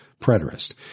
preterist